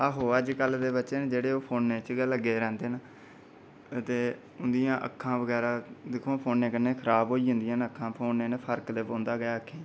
आहो अजकल दे बच्चे न जेह्ड़े ओह् फोने च गै लग्गे दे रौंह्दे न ते उं'दी अक्खां बगैरा दिक्खो ना फोनै कन्नै खराब होई जंदियां न अक्खां फोनै कन्नै फर्क ते पोंदा गै ऐ अक्खां च